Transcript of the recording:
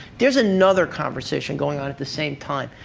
there's another conversation going on at the same time,